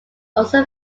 also